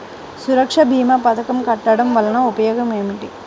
సురక్ష భీమా పథకం కట్టడం వలన ఉపయోగం ఏమిటి?